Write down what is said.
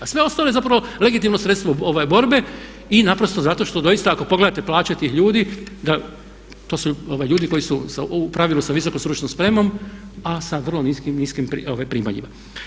A sve ostalo je zapravo legitimno sredstvo borbe i naprosto zato što doista ako pogledate plaće tih ljudi, to su ljudi koji su u pravilu sa visokom stručnom spremom a sa vrlo niskim primanjima.